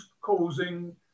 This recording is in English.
causing